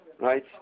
right